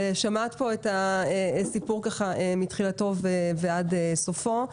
שמעת את הסיפור מתחילתו ועד סופו.